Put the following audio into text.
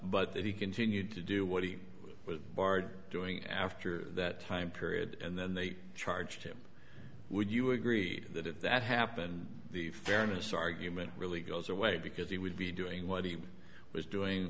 that he continued to do what he was bar doing after that time period and then they charged him would you agree that if that happened the fairness argument really goes away because he would be doing what he was doing